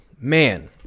man